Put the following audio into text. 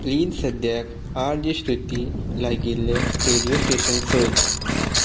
please सद्याक आर जे श्रुती लागिल्लें रेडयो स्टेशन सोद